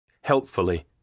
helpfully